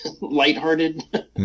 lighthearted